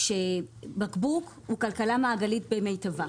בקבוק הוא כלכלה מעגלית במיטבה,